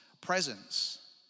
presence